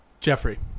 Jeffrey